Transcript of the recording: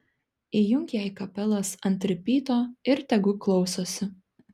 įjunk jai kapelas ant ripyto ir tegu klausosi